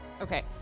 Okay